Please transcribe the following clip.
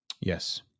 yes